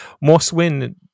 must-win